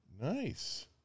Nice